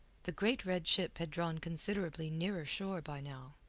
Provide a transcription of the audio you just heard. the great red ship had drawn considerably nearer shore by now.